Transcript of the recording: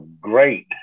great